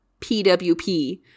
PWP